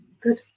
Good